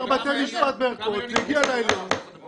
כדי לסגור את הפערים האלה בוודאי נבוא לוועדה ונציג את כל המצב הקיים.